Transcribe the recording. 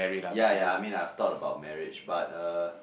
ya ya I mean I have thought about marriage but uh